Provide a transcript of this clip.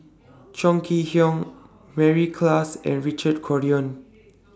Chong Kee Hiong Mary Klass and Richard Corridon